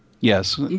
Yes